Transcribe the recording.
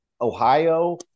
Ohio